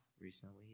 recently